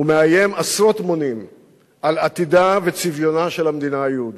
ומאיים עשרות מונים על עתידה וצביונה של המדינה היהודית.